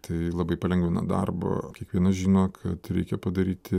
tai labai palengvina darbą kiekvienas žino kad reikia padaryti